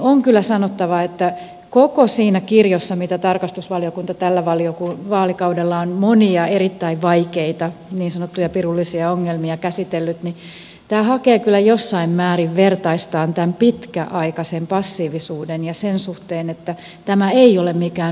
on kyllä sanottava että koko siinä kirjossa mitä tarkastusvaliokunta tällä vaalikaudella on monia erittäin vaikeita niin sanottuja pirullisia ongelmia käsitellyt tämä hakee kyllä jossain määrin vertaistaan tämän pitkäaikaisen passiivisuuden ja sen suhteen että tämä ei ole mikään uusi tieto